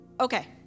okay